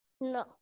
No